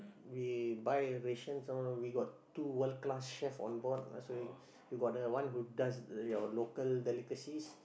we buy rations all we got two world class chef on board so you you got the one who does your local delicacies